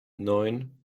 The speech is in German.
neun